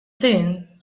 sin